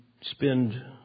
spend